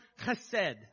chesed